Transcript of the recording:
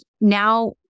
now